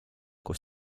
kus